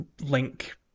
Link